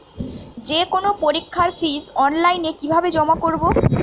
যে কোনো পরীক্ষার ফিস অনলাইনে কিভাবে জমা করব?